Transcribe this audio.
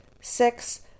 six